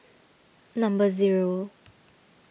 number zero